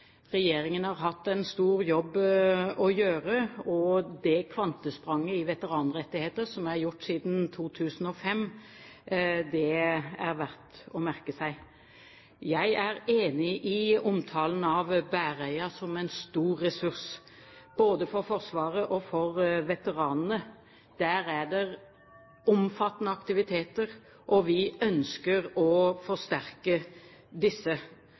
regjeringen har hatt en stor jobb å gjøre. Det kvantespranget i veteranrettigheter som er gjort siden 2005, er verdt å merke seg. Jeg er enig i omtalen av Bæreia som en stor ressurs, både for Forsvaret og for veteranene. Der er det omfattende aktiviteter, og vi ønsker å forsterke disse.